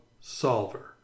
solver